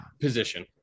position